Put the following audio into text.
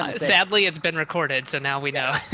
um sadly, it's been recorded. so now we know.